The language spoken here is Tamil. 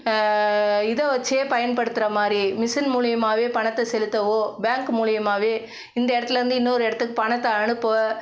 இதை வைச்சே பயன்படுத்துற மாதிரி மிசின் மூலிமாவே பணத்தை செலுத்தவோ பேங்க் மூலிமாவே இந்த இடத்துலேந்து இன்னொரு இடத்துக்கு பணத்தை அனுப்ப